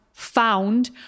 found